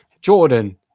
Jordan